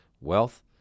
wealth